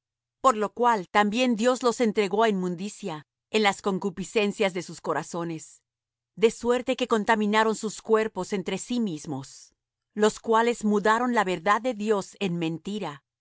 por lo cual también dios los entregó á inmundicia en las concupiscencias de sus corazones de suerte que contaminaron sus cuerpos entre sí mismos los cuales mudaron la verdad de dios en mentira